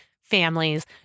families